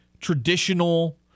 traditional